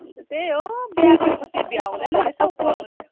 अन्त त्यही हो बिहे गरेपछि भ्याउँदैन रहेछ हो पढ्नु चाहिँ